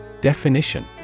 Definition